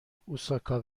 اوساکا